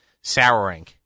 souring